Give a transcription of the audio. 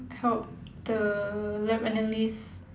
help the lab analyst